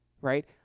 right